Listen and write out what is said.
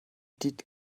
did